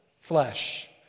Flesh